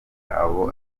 abo